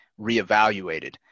reevaluated